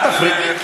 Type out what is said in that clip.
אל תפריעי לי.